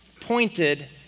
pointed